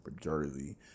Jersey